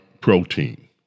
protein